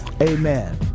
Amen